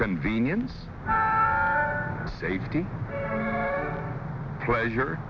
convenience safety pleasure